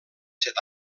set